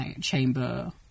chamber